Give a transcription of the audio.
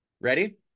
Ready